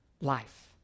life